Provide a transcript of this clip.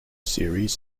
series